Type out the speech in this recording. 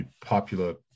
popular